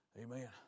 Amen